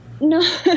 No